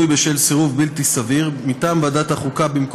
(תיקון מס' 4) (פינוי בשל סירוב בלתי סביר) מטעם ועדת החוקה,